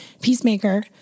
peacemaker